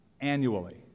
annually